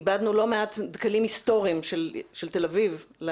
איבדנו לא מעט דקלים היסטוריים בתל אביב.